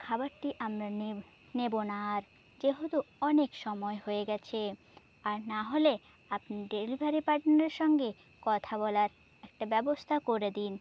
খাবারটি আমরা নেব না আর যেহেতু অনেক সময় হয়ে গেছে আর নাহলে আপনি ডেলিভারি পার্টনারের সঙ্গে কথা বলার একটা ব্যবস্থা করে দিন